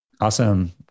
Awesome